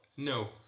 No